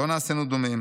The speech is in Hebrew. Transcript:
לא נעשינו דומים